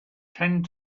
tend